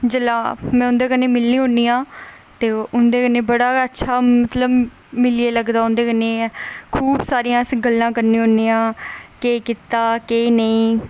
जेल्लै में उ'दें कन्नै मिलनी होन्नी आं ते ओह् उंदे कन्नै बड़ा गै अच्छा मतलब कि मिलियै लगदा उं'दे कन्नै खूब सारियां अस गल्लां करने केह् कीता केह् नेईं